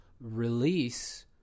release